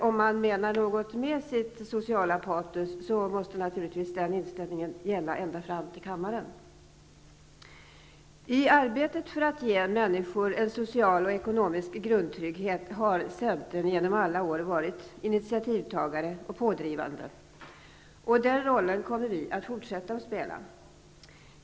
Om man menar något med sitt sociala patos måste naturligtvis den inställningen gälla ända fram till kammaren. Centern har genom alla år varit initiativtagare och pådrivande i arbetet för att ge alla människor en social och ekonomisk grundtrygghet. Vi kommer att fortsätta att spela den rollen.